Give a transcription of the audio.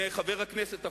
מחבר הכנסת אפללו.